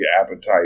appetite